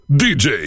dj